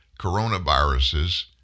coronaviruses